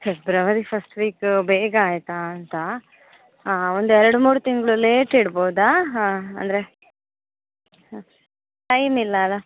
February first week ಬೇಗ ಆಯಿತಾ ಅಂತ ಒಂದು ಎರಡು ಮೂರು ತಿಂಗಳು ಲೇಟ್ ಇಡ್ಬೌದಾ ಹಾಂ ಅಂದರೆ ಹಾಂ ಟೈಮ್ ಇಲ್ಲ ಅಲ್ಲ